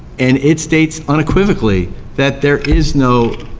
and it states unequivocally that there is no